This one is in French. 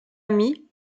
ami